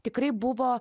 tikrai buvo